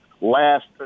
last